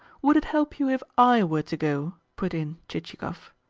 would it help you if i were to go? put in chichikov.